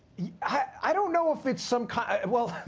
yeah i don't know if it's some kind of well,